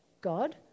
God